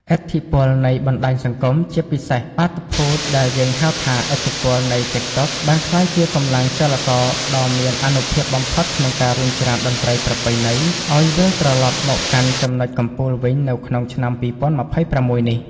ឥទ្ធិពលនៃបណ្តាញសង្គម ជាពិសេសបាតុភូតដែលយើងហៅថា ឥទ្ធិពលនៃ TikTok បានក្លាយជាកម្លាំងចលករដ៏មានអានុភាពបំផុតក្នុងការរុញច្រានតន្ត្រីប្រពៃណី ឱ្យវិលត្រឡប់មកកាន់ចំណុចកំពូលវិញនៅក្នុងឆ្នាំ ២០២៦ នេះ។